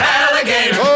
alligator